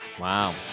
Wow